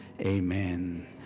amen